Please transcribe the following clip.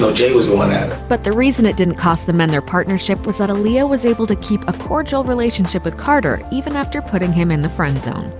so jay was going at her. but the reason it didn't cost the men their partnership was that aaliyah was able to keep a cordial relationship with carter even after putting him in the friend zone.